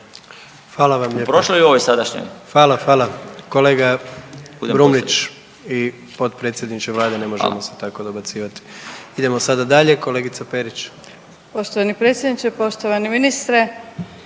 /Upadica Marić: U prošloj i u ovoj sadašnjoj./ … Hvala, hvala. Kolega Brumnić i potpredsjedniče Vlade ne možemo se tako dobacivati. Idemo sada dalje. Kolegica Perić. **Perić, Grozdana (HDZ)** Poštovani predsjedniče, poštovani ministre